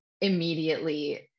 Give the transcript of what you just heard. immediately